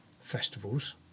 festivals